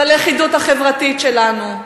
בלכידות החברתית שלנו,